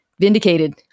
vindicated